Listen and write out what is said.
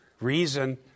reason